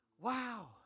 Wow